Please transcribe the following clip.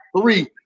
three